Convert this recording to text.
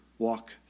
walk